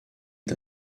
est